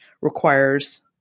requires